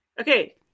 okay